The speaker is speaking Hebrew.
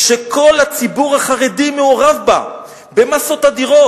שכל הציבור החרדי מעורב בה במאסות אדירות.